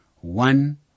one